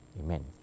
Amen